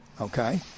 Okay